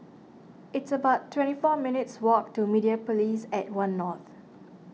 it's about twenty four minutes' walk to Mediapolis at one North